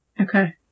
okay